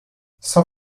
cent